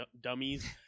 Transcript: dummies